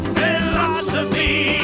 philosophy